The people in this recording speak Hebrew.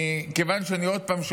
כיוון שאני שומע עוד פעם,